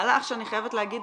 מהלך שאני חייבת להגיד